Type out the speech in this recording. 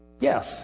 Yes